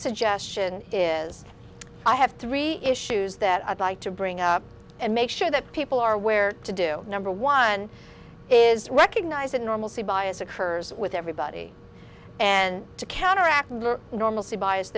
suggestion is i have three issues that i'd like to bring up and make sure that people are aware to do number one is recognize that normalcy bias occurs with everybody and to counteract normalcy bias